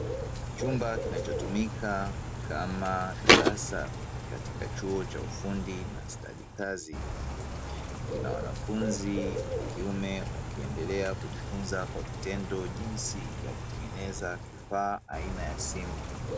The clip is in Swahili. Chumba kinachotumika kama darasa, katika chuo cha ufundi na stadi kazi. Kina wanafunzi wa kiume wakiendelea kujifunza kwa vitendo jinsi ya kutengeneza kifaa aina ya simu.